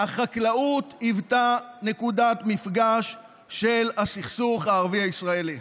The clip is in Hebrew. החקלאות היוותה נקודת מפגש של הסכסוך הערבי-ישראלי.